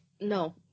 no